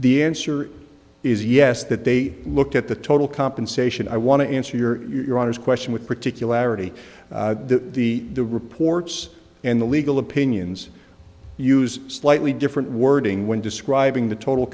the answer is yes that they looked at the total compensation i want to answer your question with particularity the the the reports and the legal opinions use slightly different wording when describing the total